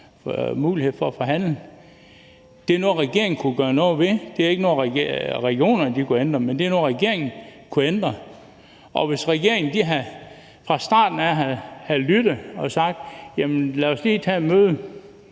mulighed for at forhandle. Det er noget, regeringen kunne gøre noget ved. Det er ikke noget, regionerne kunne ændre på, men det er noget, regeringen kunne ændre. Og hvis regeringen fra starten af havde lyttet og havde sagt, at man ville tage et møde